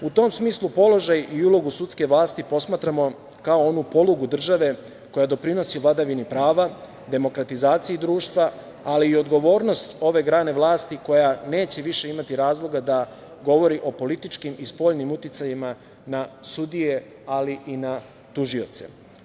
U tom smislu, položaj i ulogu sudske vlasti posmatramo kao onu polugu države koja doprinosi vladavini prava, demokratizaciji društva, ali i odgovornosti ove grane vlasti koja neće više imati razloga da govori o političkim i spoljnim uticajima na sudije, ali i na tužioce.